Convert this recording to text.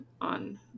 on